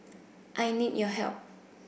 I need your help